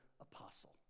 Apostle